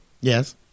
Yes